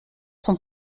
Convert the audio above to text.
sont